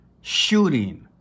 shooting